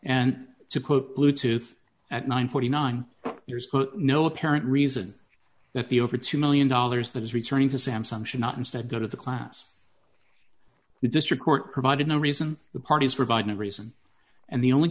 and to quote bluetooth at nine hundred and forty nine years no apparent reason that the over two million dollars that is returning to samsung should not instead go to the class the district court provided no reason the parties provide a reason and the only